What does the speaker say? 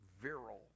virile